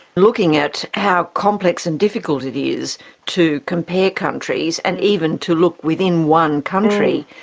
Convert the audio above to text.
looking at how complex and difficult it is to compare countries and even to look within one country,